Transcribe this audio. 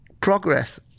progress